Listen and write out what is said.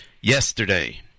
yesterday